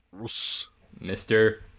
Mr